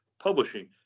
publishing